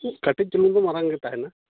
ᱠᱟᱹᱴᱤᱡ ᱪᱩᱞᱩᱝ ᱫᱚ ᱢᱟᱨᱟᱝ ᱜᱮ ᱛᱟᱦᱮᱱᱟ